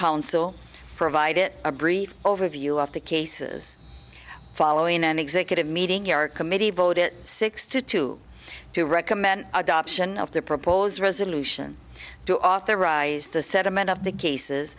counsel provided a brief overview of the cases following an executive meeting our committee voted six to two to recommend adoption of the proposed resolution to authorize the settlement of the cases